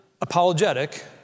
apologetic